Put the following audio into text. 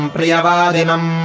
Priyavadinam